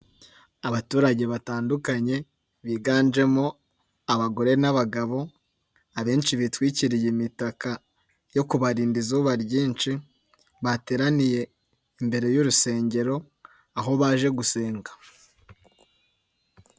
Abaturage batandukanye biganjemo abagore n'abagabo, abenshi bitwikiriye imitaka yo kubarinda izuba ryinshi, bateraniye imbere y'urusengero aho baje gusenga.